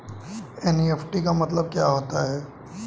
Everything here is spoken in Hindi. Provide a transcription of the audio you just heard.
एन.ई.एफ.टी का मतलब क्या होता है?